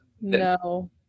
no